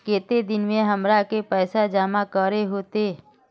केते दिन में हमरा के पैसा जमा करे होते?